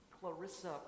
Clarissa